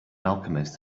alchemist